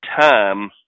time